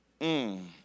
Mmm